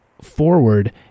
forward